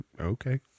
okay